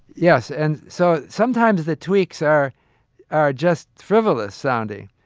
yes. and so sometimes the tweaks are are just frivolous sounding.